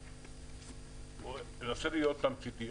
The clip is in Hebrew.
אני רוצה להיות תמציתי.